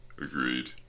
agreed